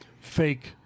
fake